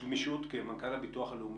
כמנכ"ל הביטוח הלאומי,